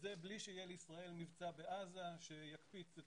וזה בלי שיהיה לישראל מבצע בעזה שיקפיץ את